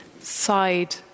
side